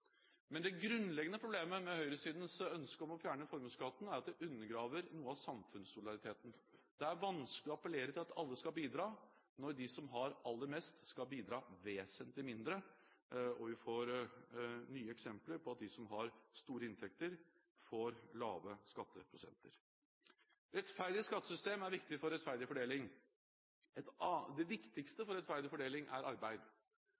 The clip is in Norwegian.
Men det grunnleggende problemet med høyresidens ønske om å fjerne formuesskatten er at det undergraver noe av samfunnssolidariteten. Det er vanskelig å appellere til at alle skal bidra når de som har aller mest, skal bidra vesentlig mindre. Vi får nye eksempler på at de som har store inntekter, får lave skatteprosenter. Rettferdig skattesystem er viktig for rettferdig fordeling. Det viktigste for rettferdig fordeling er arbeid.